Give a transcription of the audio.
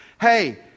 Hey